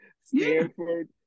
Stanford